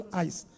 eyes